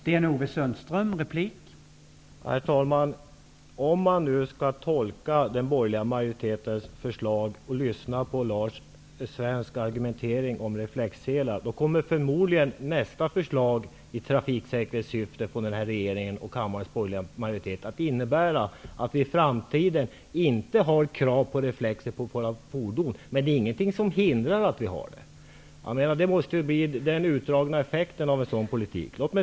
Herr talman! Om man tolkar den borgerliga majoritetens förslag och när man lyssnar till Lars Svensks argumentering om reflexselar, kan man förmoda att nästa förslag i trafiksäkerhetssyfte från den här regeringen och kammarens borgerliga majoritet kommer att innebära att vi i framtiden inte har krav på reflexer på våra fordon, men att ingenting hindrar att vi har dessa reflexer. Det måste bli den utdragna effekten av en sådan politik.